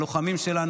הלוחמים שלנו,